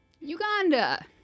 Uganda